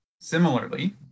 Similarly